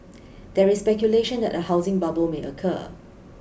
there is speculation that a housing bubble may occur